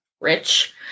rich